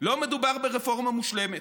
"לא מדובר ברפורמה מושלמת.